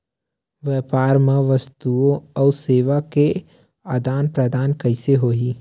व्यापार मा वस्तुओ अउ सेवा के आदान प्रदान कइसे होही?